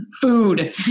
food